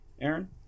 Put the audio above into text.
Aaron